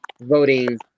voting